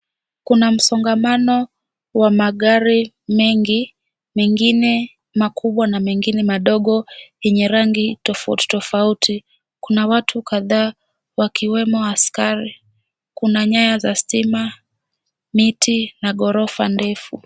Kuna msongamano wa magari mengi, mengine makubwa na mengine madogo yenye rangi tofauti tofauti. Kuna watu kadhaa wakiwemo askari. Kuna nyaya za stima, miri na gorofa ndefu.